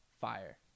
fire